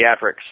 theatrics